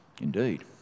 Indeed